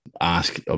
ask